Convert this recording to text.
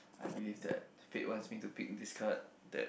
I believe that fate wants me to pick this card that